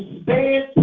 stand